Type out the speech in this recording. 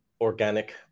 organic